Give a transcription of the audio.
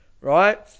right